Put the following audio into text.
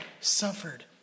suffered